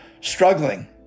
struggling